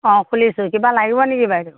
অ খুলিছোঁ কিবা লাগিব নেকি বাইদেউ